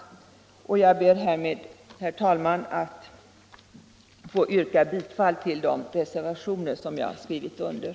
Jag ber härmed, herr talman, att få yrka bifall till de reservationer som jag har skrivit under.